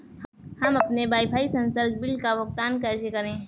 हम अपने वाईफाई संसर्ग बिल का भुगतान कैसे करें?